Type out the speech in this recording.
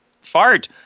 fart